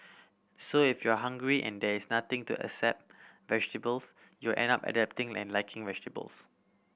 so if you are hungry and there is nothing to accept vegetables you end up adapting and liking vegetables